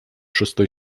шестой